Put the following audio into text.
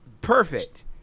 Perfect